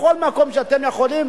בכל מקום שאתם יכולים,